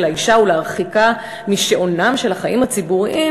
האישה ולהרחיקה משאונם של החיים הציבוריים,